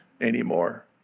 anymore